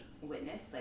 witness